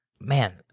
man